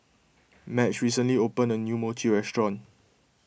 Madge recently opened a new Mochi restaurant